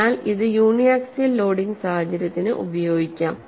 അതിനാൽ ഇത് uniaxial loading സാഹചര്യത്തിന് ഉപയോഗിക്കാം